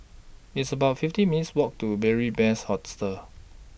It's about fifty minutes' Walk to Beary Best Hostel